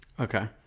Okay